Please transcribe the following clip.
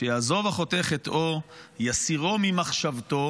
"שיעזוב החוטא חטאו ויסירו ממחשבתו"